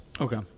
okay